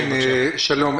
שלום.